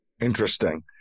Interesting